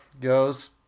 goes